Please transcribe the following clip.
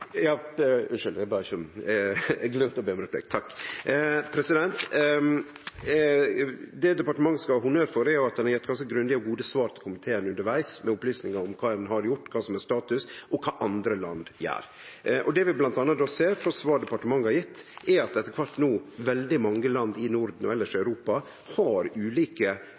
Det departementet skal ha honnør for, er at ein har gjeve ganske grundige og gode svar til komiteen undervegs, med opplysningar om kva ein har gjort, kva som er status, og kva andre land gjer. Det vi bl.a. ser frå svar departementet har gjeve, er at veldig mange land i Norden og elles i Europa etter kvart no har ulike